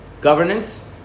Governance